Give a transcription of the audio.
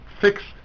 fixed